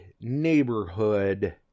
neighborhood